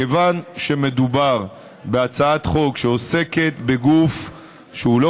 כיוון שמדובר בהצעת חוק שעוסקת בגוף שהוא לא